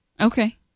Okay